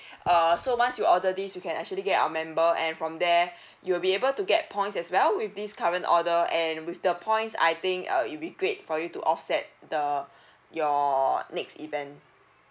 err so once you order this you can actually get our member and from there you will be able to get points as well with this current order and with the points I think uh it'll be great for you to offset the your next event